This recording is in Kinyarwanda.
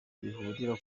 bihurira